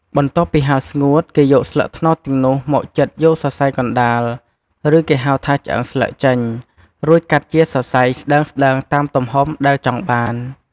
បន្ទាប់ពីហាលស្ងួត គេយកស្លឹកត្នោតទាំងនោះមក ចិតយកសរសៃកណ្តាល ឬគេហៅថា ឆ្អឹងស្លឹក ចេញ រួចកាត់ជាសរសៃស្ដើងៗតាមទំហំដែលចង់បាន។